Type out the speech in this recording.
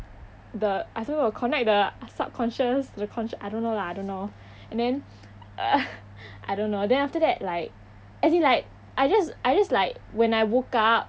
the I don't know connect the subconscious to the consc~ I don't know lah I don't know and then uh I don't know then after that like as in like I just I just like when I woke up